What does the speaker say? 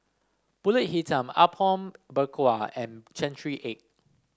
pulut Hitam Apom Berkuah and Century Egg